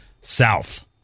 South